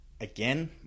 Again